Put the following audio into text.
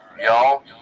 Y'all